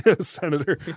Senator